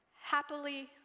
happily